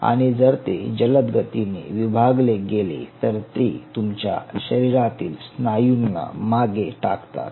आणि जर ते जलद गतीने विभागले गेले तर ते तुमच्या शरीरातील स्नायूंना मागे टाकतात